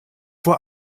vor